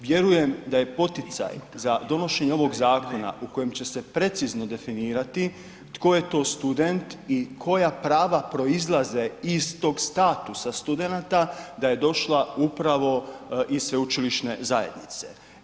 Vjerujem da je poticaj za donošenje ovoga zakona u kojem će se precizno definirati tko je to student i koja prava proizlaze iz tog statusa studenata da je došla upravo iz sveučilišne zajednice.